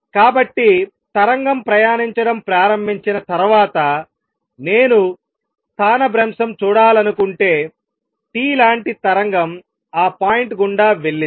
కాబట్టి తరంగం ప్రయాణించడం ప్రారంభించిన తర్వాత నేను స్థానభ్రంశం చూడాలనుకుంటే t లాంటి తరంగం ఆ పాయింట్ గుండా వెళ్ళింది